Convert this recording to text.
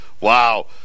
Wow